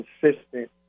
consistent